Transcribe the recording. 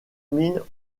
mines